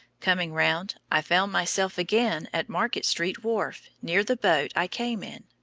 coming round, i found myself again at market street wharf, near the boat i came in,